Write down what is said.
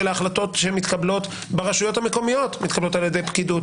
ההחלטות שמתקבלות ברשויות המקומיות מתקבלות על ידי פקידות.